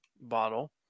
bottle